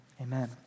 amen